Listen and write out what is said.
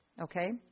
okay